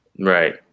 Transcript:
right